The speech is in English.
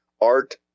Art